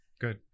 Good